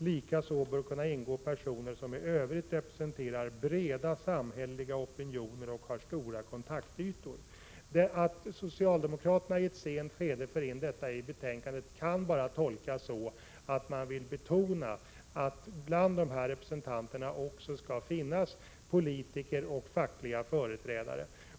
Likaså bör kunna ingå personer som i övrigt representerar breda samhälleliga opinioner eller har stora kontaktytor.” Att socialdemokraterna i ett sent skede för in detta i betänkandet kan bara tolkas som att de vill betona att det bland representanterna också skall finnas politiker och fackliga företrädare.